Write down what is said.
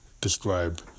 describe